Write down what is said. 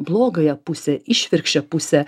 blogąją pusę išvirkščią pusę